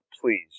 please